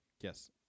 Yes